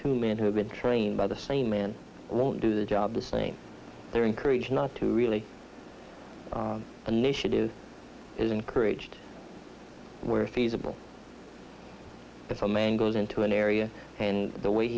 two men who have been trained by the same man do the job the same they're encouraged not to really the nation is encouraged where feasible if a man goes into an area and the way